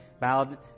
bowed